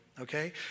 okay